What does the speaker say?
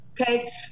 okay